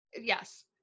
Yes